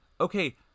okay